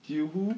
jiu hu